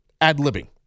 ad-libbing